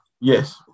Yes